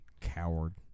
Coward